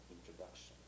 introduction